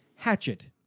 Hatchet